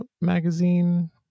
magazine